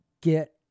Get